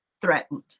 threatened